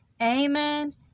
Amen